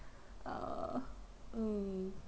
err mm